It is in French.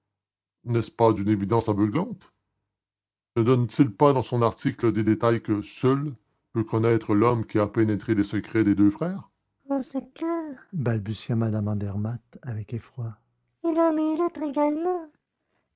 n'est-ce pas d'une évidence aveuglante ne donne-t-il pas dans son article des détails que seul peut connaître l'homme qui a pénétré les secrets des deux frères en ce cas balbutia mme andermatt avec effroi il a mes lettres également